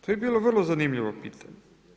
To bi bilo vrlo zanimljivo pitanje.